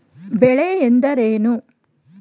ಬೆಳೆ ಎಂದರೇನು?